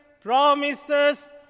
promises